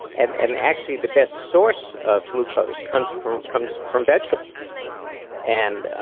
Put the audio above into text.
and and actually the best source of glucose comes from comes from vegetables and